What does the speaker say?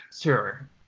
Sure